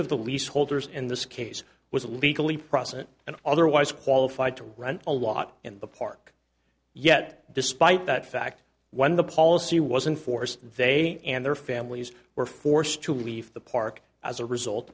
of the lease holders in this case was legally prosit and otherwise qualified to run a lot in the park yet despite that fact when the policy was in force they and their families were forced to leave the park as a result